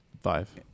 Five